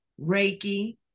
Reiki